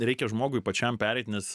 reikia žmogui pačiam pereit nes